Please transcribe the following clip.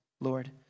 Lord